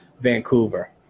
Vancouver